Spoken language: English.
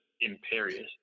imperious